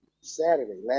Saturday